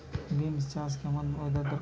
Beans চাষে কেমন weather দরকার?